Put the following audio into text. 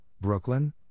Brooklyn